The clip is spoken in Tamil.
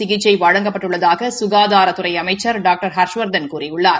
சிசிக்சை வழங்கப்பட்டுள்ளதாக ககாதாரத்துறை அமைச்சர் டாக்டர் ஹா்ஷவா்தன் கூறியுள்ளார்